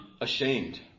ashamed